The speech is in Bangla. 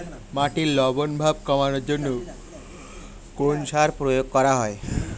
মাটির লবণ ভাব কমানোর জন্য কোন সার প্রয়োগ করা হয়?